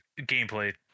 gameplay